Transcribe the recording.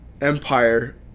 empire